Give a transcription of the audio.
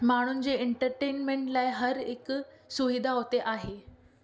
माण्हुनि जे एन्टरटेन्मेंट लाइ हर हिकु सुविधा उते आहे